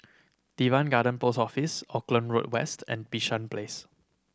Teban Garden Post Office Auckland Road West and Bishan Place